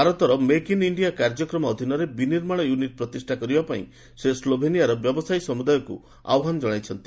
ଭାରତର make in India କାର୍ଯ୍ୟକ୍ରମ ଅଧୀନରେ ବିନିର୍ମାଣ ୟୁନିଟ୍ ପ୍ରତିଷ୍ଠା କରିବା ପାଇଁ ସେ ସ୍କୋଭେନିଆର ବ୍ୟବସାୟୀ ସମୁଦାୟକୁ ଆହ୍ୱାନ ଜଣାଇଛନ୍ତି